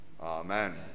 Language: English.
Amen